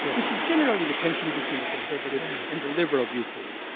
which is generally the tension between the conservative and the liberal viewpoint.